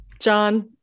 John